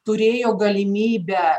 turėjo galimybę